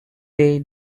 day